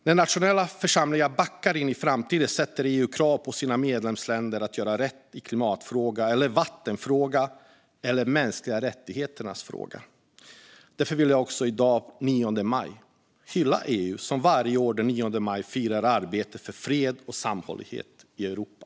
När nationella församlingar backar in i framtiden ställer EU krav på sina medlemsländer att göra rätt i frågor som rör klimat, vatten och mänskliga rättigheter. Därför vill jag i dag, den 9 maj, hylla EU, som varje år den 9 maj firar arbetet för fred och sammanhållning i Europa.